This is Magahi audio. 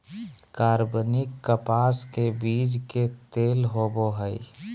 कार्बनिक कपास के बीज के तेल होबो हइ